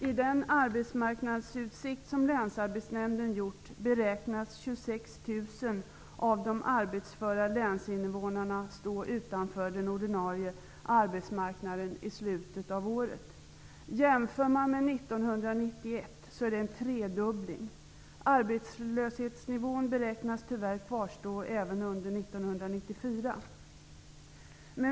I den arbetsmarknadsutsikt som Länsarbetsnämnden gjort beräknas 26 000 av de arbetsföra länsinnevånarna stå utanför den ordinarie arbetsmarknaden i slutet av året. Jämför man med 1991 är det en tredubbling. Arbetslöshetsnivån beräknas tyvärr kvarstå även under 1994.